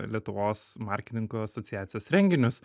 lietuvos marketingo asociacijos renginius